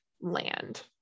land